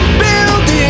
building